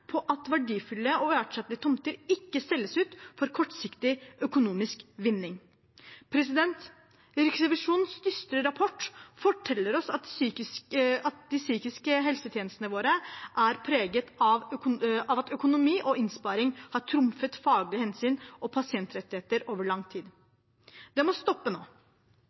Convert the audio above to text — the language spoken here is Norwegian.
på at verdifulle og uerstattelige tomter ikke selges ut for kortsiktig økonomisk vinning. Riksrevisjonens dystre rapport forteller oss at de psykiske helsetjenestene våre er preget av at økonomi og innsparing har trumfet faglige hensyn og pasientrettigheter over lang tid. Det må stoppe nå.